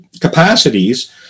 capacities